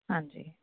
ਹਾਂਜੀ